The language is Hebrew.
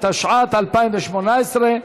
התשע"ט 2018,